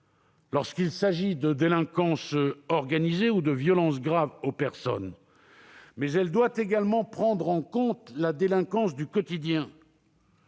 lorsqu'il s'agit de délinquance organisée et de violences graves aux personnes. Mais elle doit également prendre en compte la délinquance du quotidien,